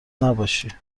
نباشی